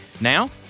Now